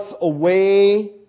away